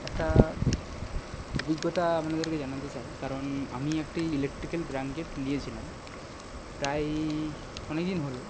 একটা অভিজ্ঞতা আপনাদেরকে জানাতে চাই কারণ আমি একটি ইলেকট্রিক্যাল ব্লাঙ্কেট নিয়েছিলাম প্রাই অনেক দিন হলো